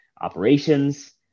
operations